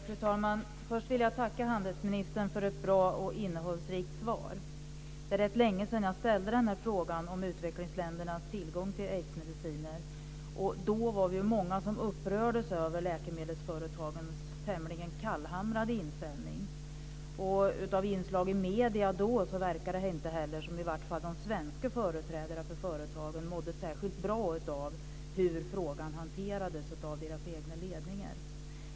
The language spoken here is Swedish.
Fru talman! Först vill jag tacka handelsministern för ett bra och innehållsrikt svar. Det är rätt länge sedan jag frågade om utvecklingsländernas tillgång till aidsmediciner. Då var vi många som upprördes över läkemedelsföretagens tämligen kallhamrade inställning. Av inslag i medierna då verkade i varje fall inte de svenska företrädarna för företagen må särskilt bra av hur frågan hanterades av deras egna ledningar.